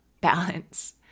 balance